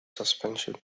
suspension